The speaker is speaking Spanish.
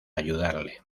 ayudarle